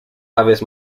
aves